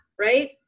right